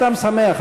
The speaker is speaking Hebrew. סתם שמח,